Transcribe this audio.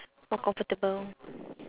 more comfortable